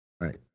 Right